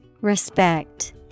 Respect